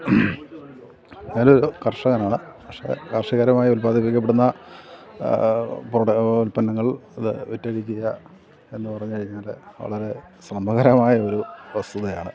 ഞാൻ ഒരു കർഷകനാണ് കർഷകരായി ഉൽപാദിപ്പിക്കപ്പെടുന്ന ഉൽപ്പന്നങ്ങൾ അത് വിറ്റഴിക്കുക എന്നു പറഞ്ഞു കഴിഞ്ഞാൽ വളരെ ശ്രമകരമായ ഒരു വസ്തുതയാണ്